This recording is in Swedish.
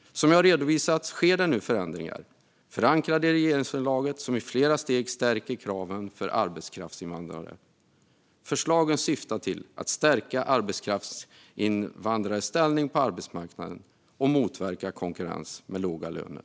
Som jag redovisat sker det nu förändringar förankrade i regeringsunderlaget vilka i flera steg skärper kraven på arbetskraftsinvandrare. Förslagen syftar till att stärka arbetskraftsinvandrares ställning på arbetsmarknaden och motverka konkurrens med låga löner.